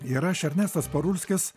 ir aš ernestas parulskis